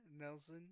Nelson